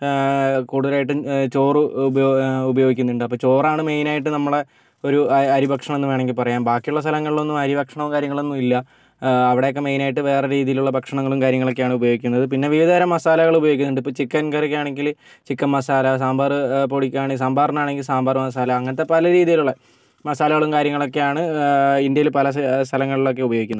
കുടുതലായിട്ടും ചോറ് ഉപ ഉപയോഗിക്കുന്നുണ്ട് അപ്പോൾ ചോറാണ് മെയിൻ ആയിട്ട് നമ്മളുടെ ഒരു അരിഭക്ഷണം എന്ന് വേണമെങ്കിൽ പറയാം ബാക്കിയുള്ള സ്ഥലങ്ങളിലൊന്നും അരി ഭക്ഷണങ്ങളോ കാര്യങ്ങളോ ഒന്നുമില്ല അവിടെയൊക്കെ മൈൻ ആയിട്ട് വേറെ രീതിയിലുള്ള ഭക്ഷണങ്ങളും കാര്യങ്ങളും ഒക്കെയാണ് ഉപയോഗിക്കുന്നത് പിന്നെ വിവിധ തരം മസാലകൾ ഉപയോഗിക്കുന്നുണ്ട് ഇപ്പോൾ ചിക്കൻ കറിക്ക് ആണെങ്കിൽ ചിക്കൻ മസാല സാമ്പാർ പൊടിക്ക് സാമ്പാറിന് ആണെങ്കിൽ സാമ്പാർ മസാല അങ്ങനത്തെ പല രീതിയിലുള്ള കാര്യങ്ങളൊക്കെ ആണ് ഇന്ത്യയിൽ പലസ്ഥലങ്ങളിലൊക്കെ ഉപയോഗിക്കുന്നത്